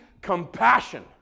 compassion